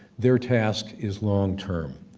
their task is long term,